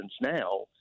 now